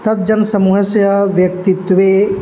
तज्जनसमूहस्य व्यक्तित्वे